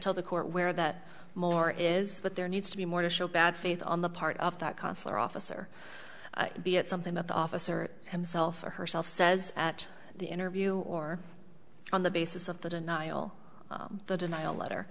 tell the court where that more is but there needs to be more to show bad faith on the part of that consular officer be it something that the officer himself or herself says at the interview or on the basis of the denial the denial letter